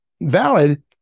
valid